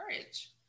courage